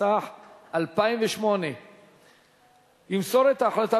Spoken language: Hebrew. התשס"ח 2008. ימסור את ההחלטה,